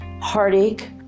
Heartache